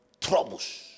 troubles